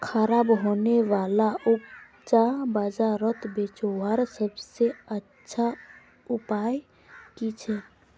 ख़राब होने वाला उपज बजारोत बेचावार सबसे अच्छा उपाय कि छे?